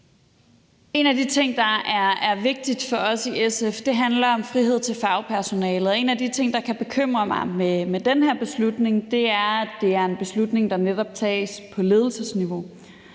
En af de ting, der er vigtige for os i SF, handler om frihed til fagpersonalet, og en af de ting, der kan bekymre mig ved den her beslutning, er, at det er en beslutning, der netop tages på ledelsesniveau.